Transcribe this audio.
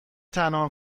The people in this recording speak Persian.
تنها